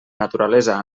naturalesa